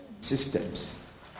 systems